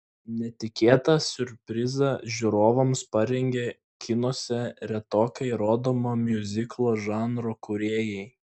netikėtą siurprizą žiūrovams parengė kinuose retokai rodomo miuziklo žanro kūrėjai